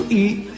eat